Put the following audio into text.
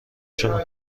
شدم